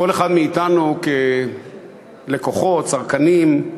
כל אחד מאתנו, כלקוחות, צרכנים,